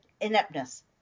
ineptness